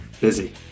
Busy